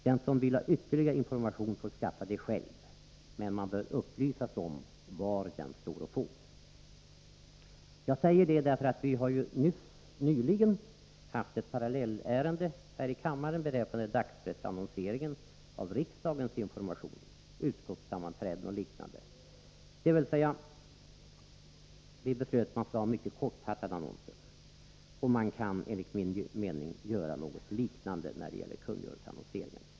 Den som vill ha ytterligare information får skaffa den själv, men man bör upplysa läsaren om var den finns att få. Vi har nyligen haft ett liknande ärende uppe här i kammaren, nämligen dagspressannonsering av information om riksdagen, utskottssammanträden o. d. Vi beslutade att annonserna skall vara mycket kortfattade. Man kan enligt min mening göra någonting liknande när det gäller kungörelseannonseringen.